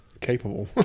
Capable